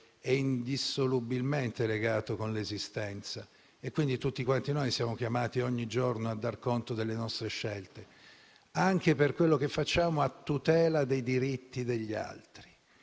indissolubilmente legato all'esistenza. Quindi, tutti quanti noi siamo chiamati, ogni giorno, a dar conto delle nostre scelte, anche per quello che facciamo a tutela dei diritti degli altri.